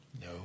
No